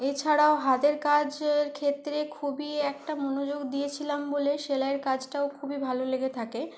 এ ছাড়াও হাতের কাজের ক্ষেত্রে খুবই একটা মনোযোগ দিয়েছিলাম বলে সেলাইয়ের কাজটাও খুবই ভালো লেগে থাকে